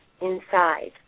inside